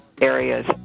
areas